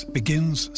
begins